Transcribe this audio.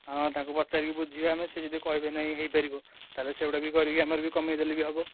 ହଁ ତାଙ୍କୁ ପଚାରିକି ବୁଝିବା ଆମେ ସେ ଯଦି କହିବେ ନାଇଁ ହୋଇପାରିବ ତା'ହେଲେ ସେଗୁଡ଼ା କରିକି ଆମର ବି କମେଇ ଦେଲେ ବି ହେବ